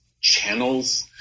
channels